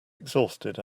exhausted